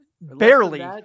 Barely